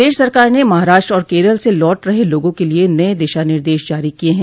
प्रदेश सरकार ने महाराष्ट्र और केरल से लौट रहे लोगों के लिए नये दिशा निर्देश जारी किए हैं